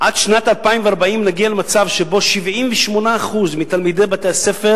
עד שנת 2040 נגיע למצב שבו 78% מתלמידי בתי-הספר